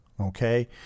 Okay